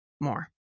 more